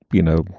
you know,